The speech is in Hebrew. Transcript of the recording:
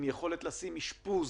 עם יכולת לתת אשפוז